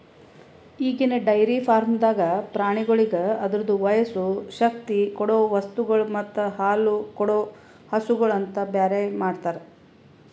ಈಗಿನ ಡೈರಿ ಫಾರ್ಮ್ದಾಗ್ ಪ್ರಾಣಿಗೋಳಿಗ್ ಅದುರ ವಯಸ್ಸು, ಶಕ್ತಿ ಕೊಡೊ ವಸ್ತುಗೊಳ್ ಮತ್ತ ಹಾಲುಕೊಡೋ ಹಸುಗೂಳ್ ಅಂತ ಬೇರೆ ಮಾಡ್ತಾರ